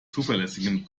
zuverlässigen